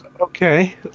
okay